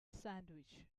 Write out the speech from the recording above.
sandwich